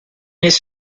his